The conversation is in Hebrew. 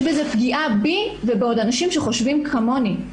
יש בזה פגיעה בי ובעוד אנשים שחושבים כמוני.